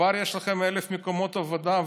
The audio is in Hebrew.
כבר יש לכם 1,000 מקומות עבודה,